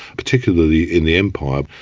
particularly in the empire.